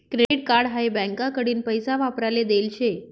credit card हाई बँकाकडीन पैसा वापराले देल शे